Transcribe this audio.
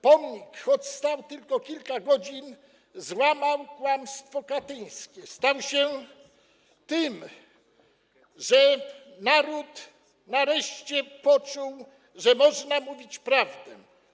Pomnik - choć stał tylko kilka godzin - złamał kłamstwo katyńskie i stał się czymś, dzięki czemu naród nareszcie poczuł, że można mówić prawdę.